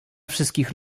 wszystkich